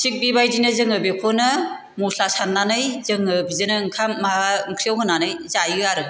थिग बे बायदिनो जोङो बेखौनो मस्ला सान्नानै जोङो बिदिनो ओंखाम माबा ओंख्रियाव होनानै जायो आरो